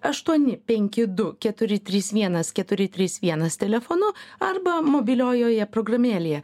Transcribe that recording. aštuoni penki du keturi trys vienas keturi trys vienas telefonu arba mobiliojoje programėlėje